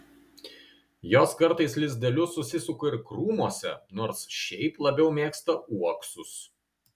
jos kartais lizdelius susisuka ir krūmuose nors šiaip labiau mėgsta uoksus